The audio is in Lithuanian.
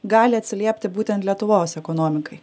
gali atsiliepti būtent lietuvos ekonomikai